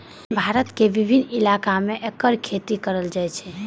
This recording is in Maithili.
भारत के विभिन्न इलाका मे एकर खेती कैल जाइ छै